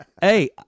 Hey